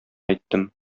әйттем